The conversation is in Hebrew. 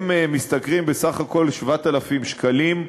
הם משתכרים בסך הכול 7,000 שקלים,